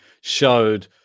showed